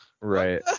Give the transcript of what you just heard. Right